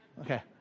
Okay